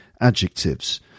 adjectives